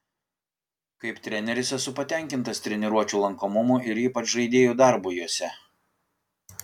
kaip treneris esu patenkintas treniruočių lankomumu ir ypač žaidėjų darbu jose